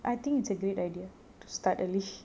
I think it's a good idea to start early